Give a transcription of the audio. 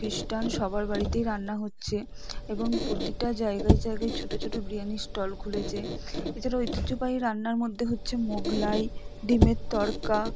খ্রিস্টান সবার বাড়িতেই রান্না হচ্ছে এবং প্রতিটা জায়গায় জায়গায় ছোটো ছোটো বিরিয়ানি স্টল খুলেছে এছাড়া ঐতিহ্যবাহী রান্নার মধ্যে হচ্ছে মোগলাই ডিমের তরকা